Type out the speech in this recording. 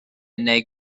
neu